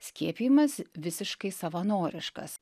skiepijimas visiškai savanoriškas